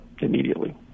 immediately